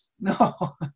No